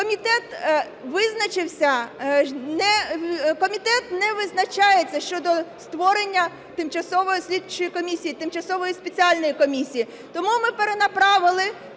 Комітет не визначається щодо створення тимчасової слідчої комісії, тимчасової спеціальної комісії. Тому ми перенаправили